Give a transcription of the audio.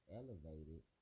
elevated